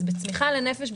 בצמיחה לנפש,